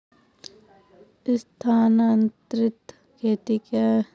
स्थानांतरित खेती क्या है?